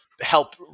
help